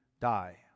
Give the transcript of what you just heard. die